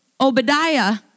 Obadiah